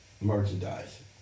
merchandise